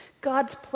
God's